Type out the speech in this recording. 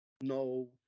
No